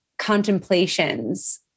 Contemplations